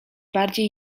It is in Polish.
bardziej